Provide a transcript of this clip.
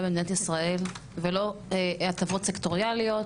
במדינת ישראל ולא הטבות סקטוריאליות,